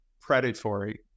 predatory